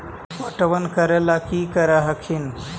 पटबन करे ला की कर हखिन?